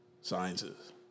sciences